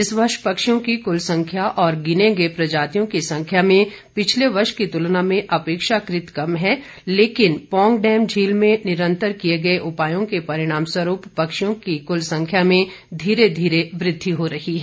इस वर्ष पक्षियों की कुल संख्या और गिने गए प्रजातियों की संख्या में पिछले वर्ष की तुलना में अपेक्षाकृत कम है लेकिन पौंग डैम झील में निरंतर किए गए उपायों के परिणामस्वरूप पक्षियों की कुल संख्या में धीरे धीरे वृद्धि हो रही है